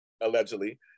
Allegedly